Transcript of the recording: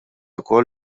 ukoll